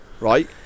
right